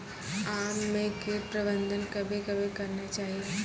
आम मे कीट प्रबंधन कबे कबे करना चाहिए?